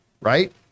Right